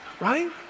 right